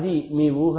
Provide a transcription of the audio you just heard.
అది మీ ఊహ